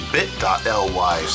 Bit.ly